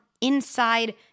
inside